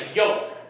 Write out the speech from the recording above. yoke